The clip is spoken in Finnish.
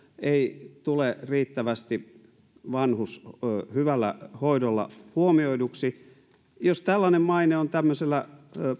ei tule riittävästi vanhus hyvällä hoidolla huomioiduksi jos tällainen maine on tämmöisellä